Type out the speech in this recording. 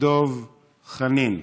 דב חנין,